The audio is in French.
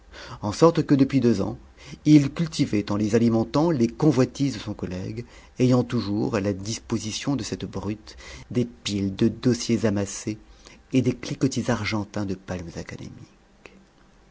en sorte que depuis deux ans il cultivait en les alimentant les convoitises de son collègue ayant toujours à la disposition de cette brute des piles de dossiers amassés et des cliquetis argentins de palmes